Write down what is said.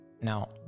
now